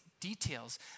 details